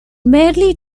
merely